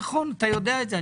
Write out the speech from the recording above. נכון, אתה יודע את זה.